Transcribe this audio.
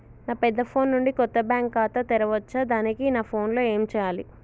నా పెద్ద ఫోన్ నుండి కొత్త బ్యాంక్ ఖాతా తెరవచ్చా? దానికి నా ఫోన్ లో ఏం చేయాలి?